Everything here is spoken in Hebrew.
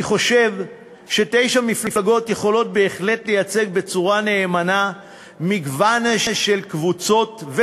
אני חושב שתשע מפלגות יכולות בהחלט לייצג בצורה נאמנה מגוון של קבוצות,